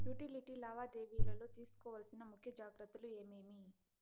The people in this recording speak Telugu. యుటిలిటీ లావాదేవీల లో తీసుకోవాల్సిన ముఖ్య జాగ్రత్తలు ఏమేమి?